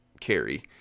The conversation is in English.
carry